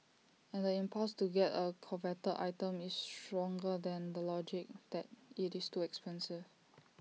and the impulse to get A coveted item is stronger than the logic that IT is too expensive